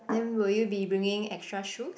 then will you be bringing extra shoes